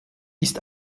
ist